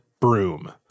broom